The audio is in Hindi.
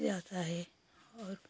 जाते हैं और